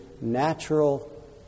natural